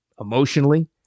emotionally